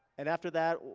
and after that,